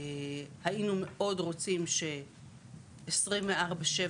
היינו מאוד רוצים 24/7